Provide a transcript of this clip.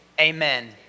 amen